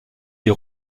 des